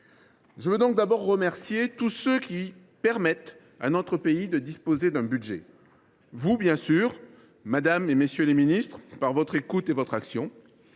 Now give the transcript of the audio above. Je veux donc tout d’abord remercier tous ceux qui permettent à notre pays de disposer d’un budget : vous, madame, messieurs les ministres, par votre écoute et votre action